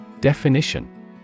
Definition